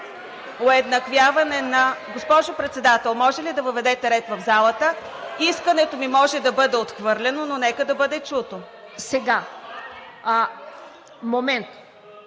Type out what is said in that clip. уеднаквяване на… Госпожо Председател, може ли да въведете ред в залата? Искането ми може да бъде отхвърлено, но нека да бъде чуто. (Шум